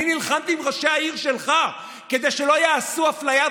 אני נלחמתי עם ראשי העיר שלך כדי שלא יעשו אפליה,